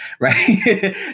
right